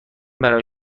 برای